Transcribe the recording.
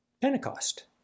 Pentecost